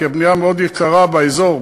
כי הבנייה מאוד יקרה באזור,